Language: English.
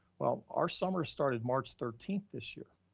well, our summer started march thirteenth this year,